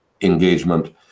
engagement